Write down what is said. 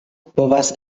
povas